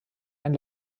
ein